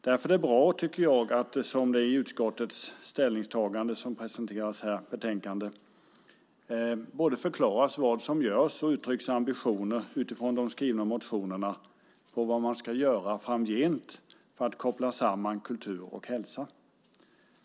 Därför är det bra att det i utskottets ställningstagande, som presenteras i betänkandet, både förklaras vad som görs och uttrycks ambitioner utifrån de skrivna motionerna om vad man ska göra framgent för att koppla samman kultur och hälsa.